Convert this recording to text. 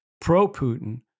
pro-Putin